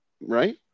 Right